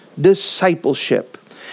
discipleship